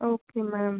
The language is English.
okay ma'am